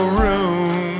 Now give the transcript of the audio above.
room